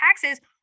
taxes